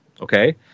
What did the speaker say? Okay